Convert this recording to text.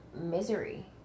misery